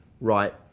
right